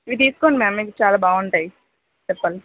ఇవి తీసుకోండి మ్యామ్ మీకు చాలా బాగుంటాయి చెప్పాలి